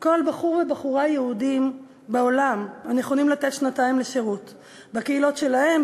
כל בחור ובחורה יהודים בעולם הנכונים לתת שנתיים לשירות בקהילות שלהם,